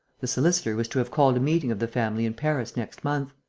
the solicitor was to have called a meeting of the family in paris next month.